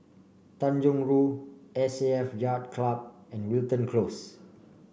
Tanjong Rhu S A F Yacht Club and Wilton Close